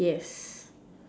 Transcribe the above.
yes